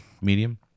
Medium